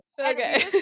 Okay